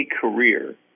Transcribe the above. career